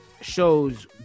shows